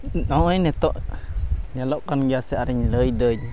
ᱱᱚᱜᱼᱚᱭ ᱱᱤᱛᱚᱜ ᱧᱮᱞᱚᱜ ᱠᱟᱱ ᱜᱮᱭᱟ ᱥᱮ ᱞᱟᱹᱭ ᱫᱟᱹᱧ